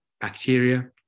bacteria